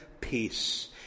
peace